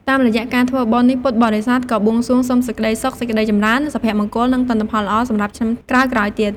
តាមរយៈការធ្វើបុណ្យនេះ ពុទ្ធបរិស័ទក៏បួងសួងសុំសេចក្តីសុខ សេចក្តីចម្រើន សុភមង្គល និងទិន្នផលល្អសម្រាប់ឆ្នាំក្រោយៗទៀត។